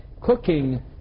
cooking